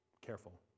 careful